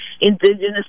indigenous